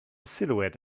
silhouette